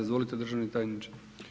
Izvolite državni tajniče.